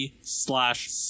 slash